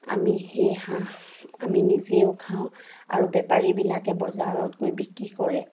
আমি সেই হাঁহ আমি নিজেও খাওঁ আৰু বেপাৰীবিলাকে বজাৰত গৈ বিক্ৰী কৰে